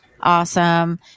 awesome